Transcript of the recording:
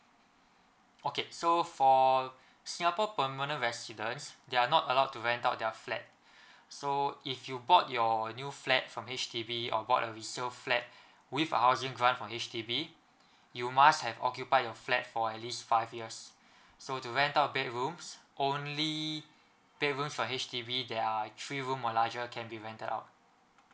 okay so for singapore permanent residents they are not allowed to rent out their flat so if you bought your new flat from H_D_B or bought a resale flat with our housing grant from H_D_B you must have occupy your flat for at least five years so to rent out bedrooms only bedroom for H_D_B there are three room or larger can be rented out